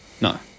No